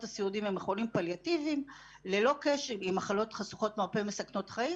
הסיעודיים הם חולים פליאטיביים עם מחלות חשוכות מרפא ומסכנות חיים.